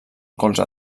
colze